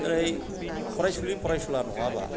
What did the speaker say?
ओरै फरायसुलि फरायसुला नङाबा